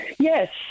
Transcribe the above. Yes